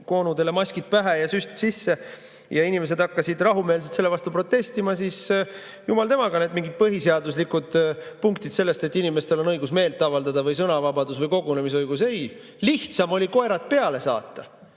koonudele maskid ette ja süst sisse, ja inimesed hakkasid rahumeelselt selle vastu protestima, siis jumal nende mingite põhiseaduslike punktidega selle kohta, et inimestel on õigus meelt avaldada või on sõnavabadus ja kogunemisõigus – ei, lihtsam oli koerad peale saata.